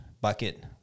bucket